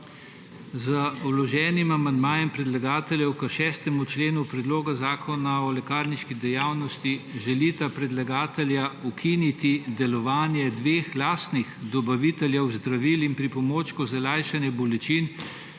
Z vloženim amandmajem predlagateljev k 6. členu predloga zakona o lekarniški dejavnosti želita predlagatelja ukiniti delovanje dveh lastnih dobaviteljev zdravil in pripomočkov za lajšanje bolečin,